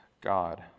god